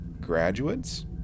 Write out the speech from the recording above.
graduates